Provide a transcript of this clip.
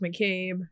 mccabe